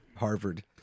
Harvard